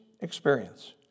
experience